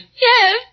Yes